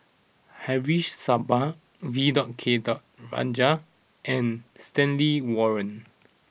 Haresh Sharma V dot K dot Rajah and Stanley Warren